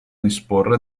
disporre